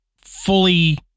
fully